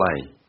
play